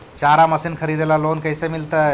चारा मशिन खरीदे ल लोन कैसे मिलतै?